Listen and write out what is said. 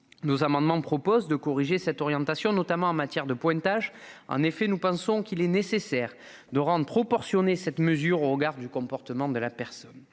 Nos amendements tendent à corriger cette orientation, notamment en matière de pointage. En effet, nous estimons nécessaire de proportionner cette mesure au regard du comportement de la personne.